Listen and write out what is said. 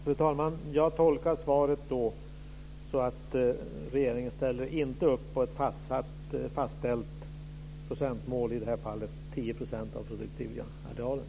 Fru talman! Jag tolkar svaret som att regeringen inte ställer sig bakom ett fastställt procentmål, i detta fall 10 % av den produktiva arealen.